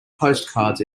postcards